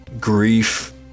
grief